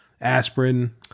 aspirin